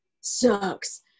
sucks